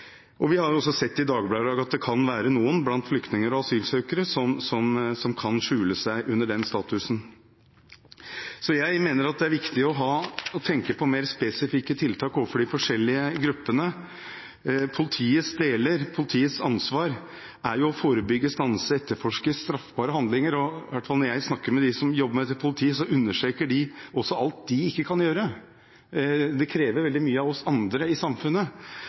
er viktig å tenke på å ha mer spesifikke tiltak overfor de forskjellige gruppene. Politiets ansvar er å forebygge, stanse og etterforske straffbare handlinger, og i hvert fall når jeg snakker med dem som jobber med dette i politiet, understreker de alt det de ikke kan gjøre. Det krever veldig mye av oss andre i samfunnet